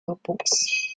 notebooks